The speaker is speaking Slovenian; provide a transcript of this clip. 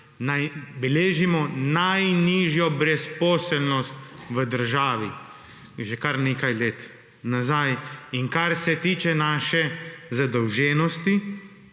beležimo najnižjo brezposelnost v državi že kar nekaj let nazaj. In kar se tiče naše zadolženosti,